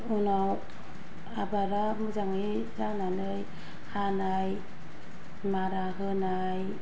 उनाव आबादा मोजाङै जानानै हानाय मारा होनाय